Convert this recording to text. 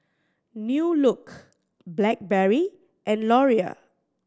New Look Blackberry and Laurier